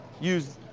use